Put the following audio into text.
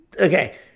Okay